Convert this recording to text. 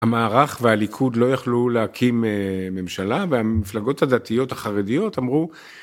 המערך והליכוד לא יכלו להקים ממשלה, והמפלגות הדתיות החרדיות אמרו